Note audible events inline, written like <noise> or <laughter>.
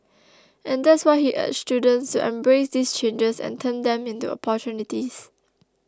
<noise> and that's why he urged students to embrace these changes and turn them into opportunities